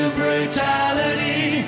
brutality